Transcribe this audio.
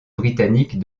britannique